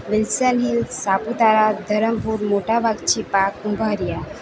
Wilson Hills Saputara Dharampur Mota Vaghchhipa Kumbharia